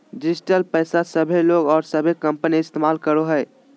digital पैसा सभे लोग और सभे कंपनी इस्तमाल करो हइ